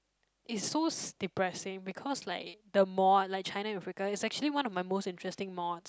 it's so so depressing because like the mod like China and Africa it's actually one of my most interesting mods